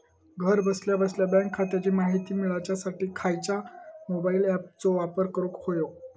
घरा बसल्या बसल्या बँक खात्याची माहिती मिळाच्यासाठी खायच्या मोबाईल ॲपाचो वापर करूक होयो?